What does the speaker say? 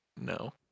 no